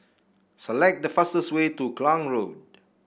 select the fastest way to Klang Road